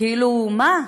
כאילו, מה?